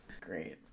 Great